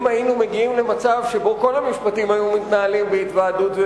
אם היינו מגיעים למצב שבו כל המשפטים היו מתנהלים בהתוועדות,